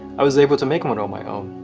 i was able to make one on my own.